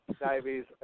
Diabetes